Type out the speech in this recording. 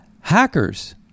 hackers